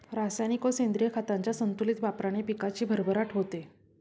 रासायनिक व सेंद्रिय खतांच्या संतुलित वापराने पिकाची भरभराट होते